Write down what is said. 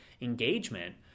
engagement